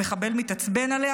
המחבל מתעצבן עליה,